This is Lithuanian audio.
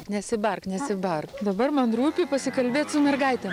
tik nesibark nesibark dabar man rūpi pasikalbėt su mergaitėm